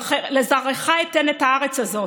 "לזרעך אתן את הארץ הזאת".